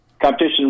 competition